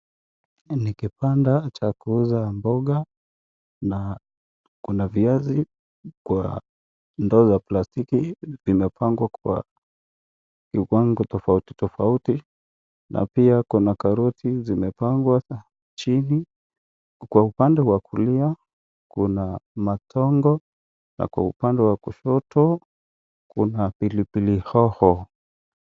Ni kibanda cha kuuza mboga na kuna viazi kwa ndoo ya plasitiki vimepangwa kwa viwango tofauti tofauti na pia kuna karoti zimepangwa chini, kwa upande wa kulia kuna matongo yako upande wa kushoto kuna pilipili hoho.